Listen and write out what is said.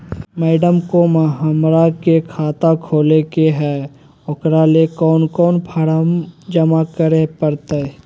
Madam, हमरा के खाता खोले के है उकरा ले कौन कौन फारम जमा करे परते?